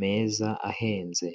meza ahenze.